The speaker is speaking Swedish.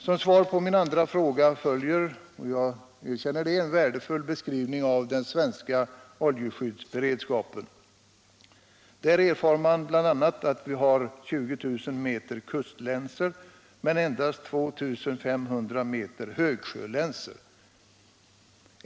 Som svar på min andra fråga lämnades en värdefull beskrivning — det erkänner jag — av den svenska oljeskyddsberedskapen. Av beskrivningen erfar man bl.a. att vi har 20 000 meter kustlänsor, men endast 2 500 meter högsjölänsor.